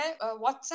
WhatsApp